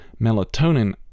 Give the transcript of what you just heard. melatonin